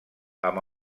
amb